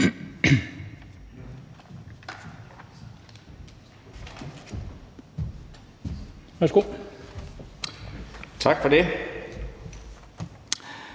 Tak for det.